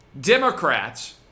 Democrats